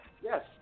yes